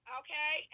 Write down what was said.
okay